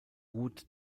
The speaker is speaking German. wut